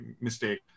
mistake